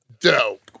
dope